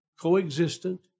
co-existent